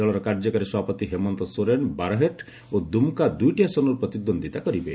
ଦଳର କାର୍ଯ୍ୟକାରୀ ସଭାପତି ହେମନ୍ତ ସୋରେନ ବାରହେଟ୍ ଓ ଦୁମ୍କା ଦୁଇଟି ଆସନରୁ ପ୍ରତିଦ୍ୱନ୍ଦ୍ୱିତା କରିବେ